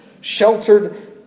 Sheltered